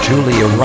Julia